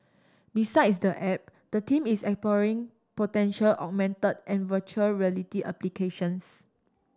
besides the app the team is exploring potential augmented and virtual reality applications